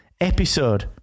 episode